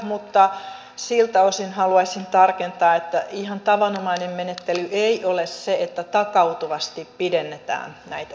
mutta siltä osin haluaisin tarkentaa että ihan tavanomainen menettely ei ole se että takautuvasti pidennetään näitä siirtymäaikoja